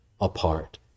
apart